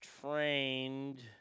trained